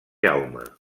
jaume